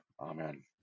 Amen